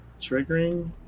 triggering